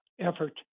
effort